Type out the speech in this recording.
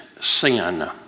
sin